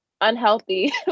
unhealthy